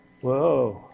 Whoa